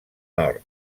nord